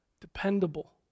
dependable